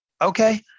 Okay